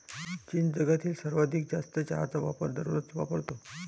चीन जगातील सर्वाधिक जास्त चहाचा वापर दररोज वापरतो